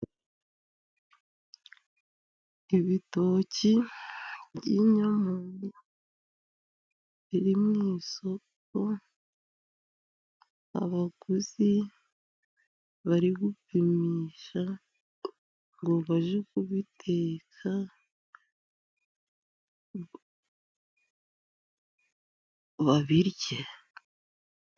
Ibitoki biri mu isoko, abaguzi bari gupimisha ngo bajye kubiteka ngo babirye.